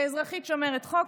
כאזרחית שומרת חוק,